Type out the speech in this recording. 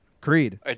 Creed